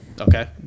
Okay